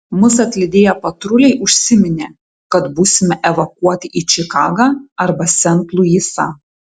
mus atlydėję patruliai užsiminė kad būsime evakuoti į čikagą arba sent luisą